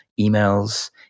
emails